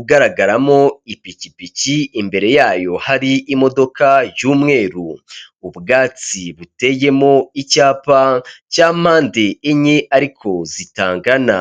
ugaragaramo ipikipiki imbere yayo hari imodoka y'umweru, ubwatsi buteyemo icyapa cya mpande enye ariko zitangana.